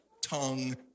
tongue